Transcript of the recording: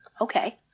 okay